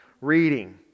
Reading